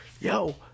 Yo